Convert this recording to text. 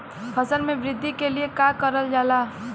फसल मे वृद्धि के लिए का करल जाला?